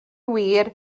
wir